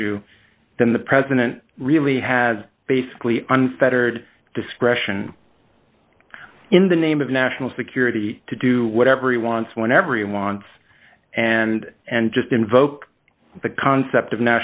issue then the president really has basically unfettered discretion in the name of national security to do whatever he wants whenever he wants and and just invoke the concept of